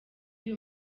uyu